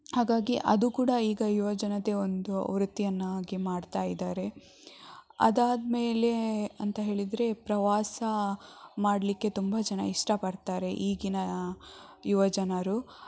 ಹಾಗಾಗಿ ಅದು ಕೂಡ ಈಗ ಯುವ ಜನತೆ ಒಂದು ವೃತ್ತಿಯನ್ನಾಗಿ ಮಾಡ್ತಾ ಇದ್ದಾರೆ ಅದಾದ ಮೇಲೆ ಅಂತ ಹೇಳಿದರೆ ಪ್ರವಾಸ ಮಾಡಲಿಕ್ಕೆ ತುಂಬ ಜನ ಇಷ್ಟಪಡ್ತಾರೆ ಈಗಿನ ಯುವ ಜನರು